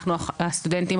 אנחנו הסטודנטים,